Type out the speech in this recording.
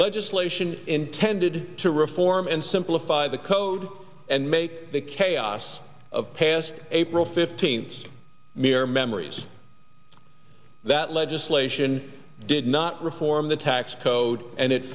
legislation intended to reform and simplify the code and make the chaos of past april fifteenth mere memories that legislation did not reform the tax code and it